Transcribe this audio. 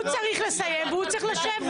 הוא צריך לסיים והוא צריך לשבת.